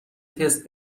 تست